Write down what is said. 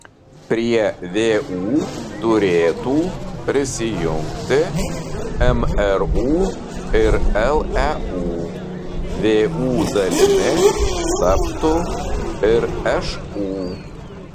prie vu turėtų prisijungti mru ir leu vu dalimi taptų ir šu